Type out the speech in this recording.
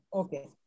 okay